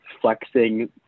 flexing